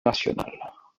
nationales